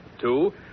Two